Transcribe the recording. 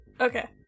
Okay